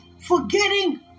forgetting